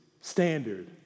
standard